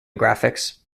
graphics